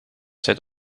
zit